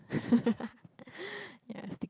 yeah sticker